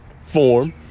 form